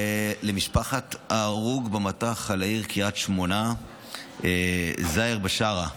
ולמשפחת ההרוג במטח על העיר קריית שמונה זאהר בשארה.